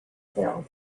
hill